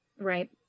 Right